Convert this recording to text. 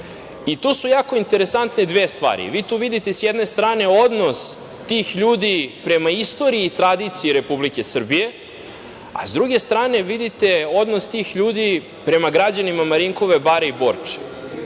To su jako interesantne dve stvari. Tu sa jedne strane vidite odnos tih ljudi prema istoriji i tradiciji Republike Srbije, a sa druge strane vidite da je odnos tih ljudi prema građanima Marinkove bare i Borče. Ja